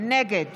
נגד